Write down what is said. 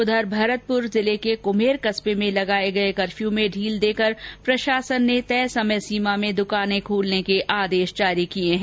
उधर भरतपूर के कम्हेर कस्बे में लगाए गए कफ़र्यू में ढील देकर प्रशासन ने तय समय सीमा में द्रकानें खोलने के आदेश जारी किए हैं